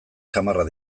samarrak